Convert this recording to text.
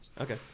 Okay